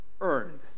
earned